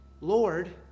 Lord